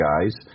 guys